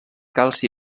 calci